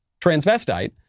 transvestite